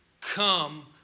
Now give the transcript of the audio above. come